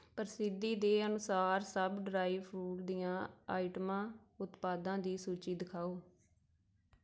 ਪ੍ਰਸਿੱਧੀ ਦੇ ਅਨੁਸਾਰ ਸਭ ਡਰਾਈਫਰੂਟ ਦੀਆਂ ਆਈਟਮਾਂ ਉਤਪਾਦਾਂ ਦੀ ਸੂਚੀ ਦਖਾਓ